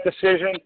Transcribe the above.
decision